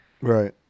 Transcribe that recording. Right